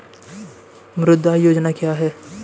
मुद्रा योजना क्या है?